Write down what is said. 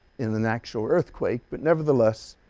in an actual earthquake, but nevertheless,